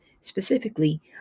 specifically